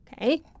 Okay